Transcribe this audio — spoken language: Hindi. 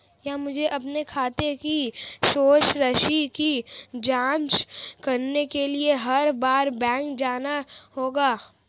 क्या मुझे अपने खाते की शेष राशि की जांच करने के लिए हर बार बैंक जाना होगा?